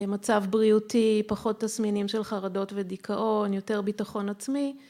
‫במצב בריאותי פחות תסמינים ‫של חרדות ודיכאון, יותר ביטחון עצמי.